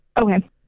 Okay